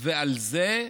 על זה,